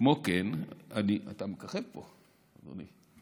כמו כן, אתה מככב פה, אדוני.